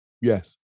Yes